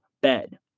bed